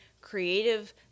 creative